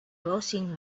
browsing